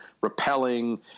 repelling